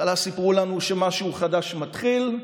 בהתחלה סיפרו לנו שמשהו חדש מתחיל,